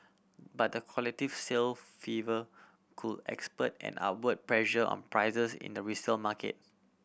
but the collective sale fever could expert an upward pressure on prices in the resale market